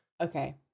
okay